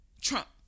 Trump